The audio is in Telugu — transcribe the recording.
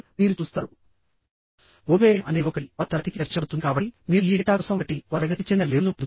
అలానే 1 2 5 3 4 లో అయినా ఫెయిల్యూర్ అవ్వచ్చు